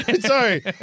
sorry